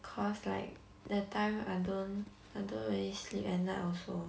cause like that time I don't I don't really sleep at night also